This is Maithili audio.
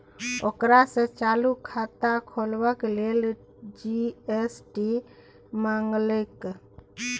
ओकरा सँ चालू खाता खोलबाक लेल जी.एस.टी मंगलकै